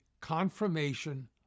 confirmation